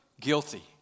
Guilty